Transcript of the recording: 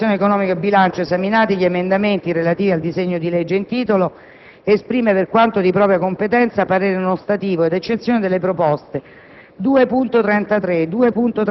«La Commissione programmazione economica, bilancio, esaminati gli emendamenti, relativi al disegno di legge in titolo, esprime, per quanto di propria competenza, parere non ostativo ad eccezione delle proposte